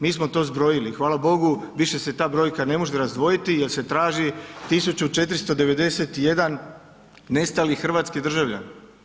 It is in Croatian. Mi smo to zbrojili i hvala Bogu, više se ta brojka ne može razdvojiti jer se traži 1491 nestali hrvatski državljanin.